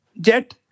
JET